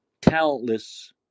talentless